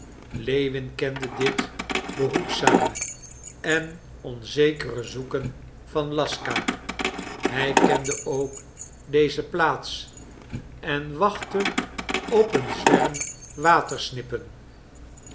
lewin kende dit behoedzame en onzekere zoeken van laska hij kende ook deze plaats en wachte op een zwerm